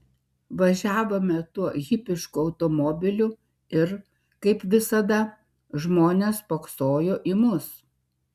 važiavome tuo hipišku automobiliu ir kaip visada žmonės spoksojo į mus